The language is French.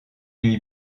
lui